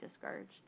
discouraged